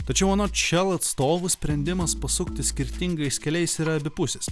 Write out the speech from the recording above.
tačiau anot shell atstovų sprendimas pasukti skirtingais keliais yra abipusis